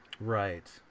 right